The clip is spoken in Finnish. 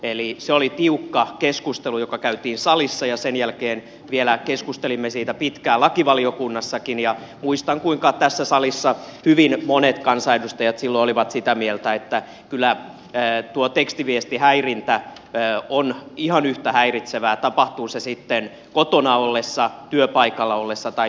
eli se oli tiukka keskustelu joka käytiin salissa ja sen jälkeen vielä keskustelimme siitä pitkään lakivaliokunnassakin ja muistan kuinka tässä salissa hyvin monet kansanedustajat silloin olivat sitä mieltä että kyllä tuo tekstiviestihäirintä on ihan yhtä häiritsevää tapahtuu se sitten kotona ollessa työpaikalla ollessa tai missä tahansa